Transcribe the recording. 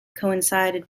coincided